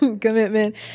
commitment